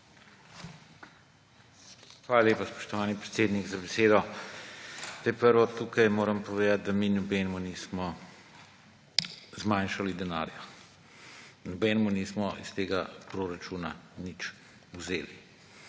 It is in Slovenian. Hvala lepa, spoštovani predsednik, za besedo. Najprej moram povedati, da mi nobenemu nismo zmanjšali denarja, nobenemu nismo iz tega proračuna nič vzeli.